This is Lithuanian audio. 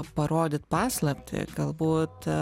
parodyt paslaptį galbūt